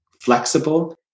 flexible